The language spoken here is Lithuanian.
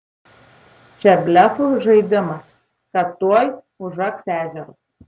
čia blefų žaidimas kad tuoj užaks ežeras